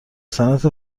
صنعت